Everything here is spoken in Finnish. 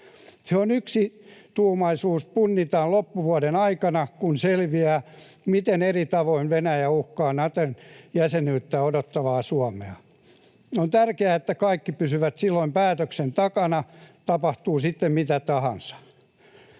Se yksituumaisuus punnitaan loppuvuoden aikana, kun selviää, miten eri tavoin Venäjä uhkaa Naton jäsenyyttä odottavaa Suomea. On tärkeää, että kaikki pysyvät silloin päätöksen takana, tapahtuu sitten mitä tahansa.